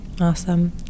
awesome